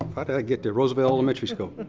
but i get that? roosevelt elementary school.